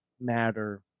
matter